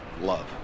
love